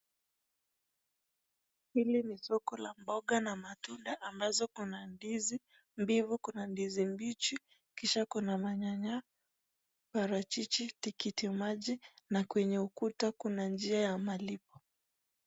Hili ni soko la mboga na matunda ambazo Kuna ndizi, ndimu. Kuna ndizi mbichi Kisha Kuna manyanya , barachichi, tikiti maji na kwenye ukuta Kuna jia ya malipo.